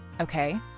Okay